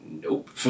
nope